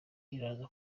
iraza